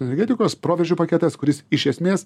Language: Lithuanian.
energetikos proveržio paketas kuris iš esmės